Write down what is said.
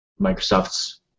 Microsoft's